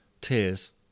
tears